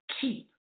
keep